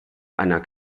einer